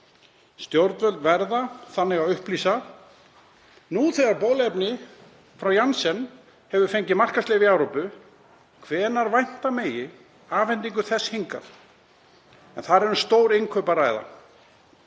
Stjórnvöld verða þannig að upplýsa, nú þegar bóluefni frá Janssen hefur fengið markaðsleyfi í Evrópu, hvenær vænta megi afhendingar þess hingað, en þar er um stórinnkaup að ræða.